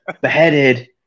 beheaded